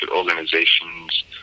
organizations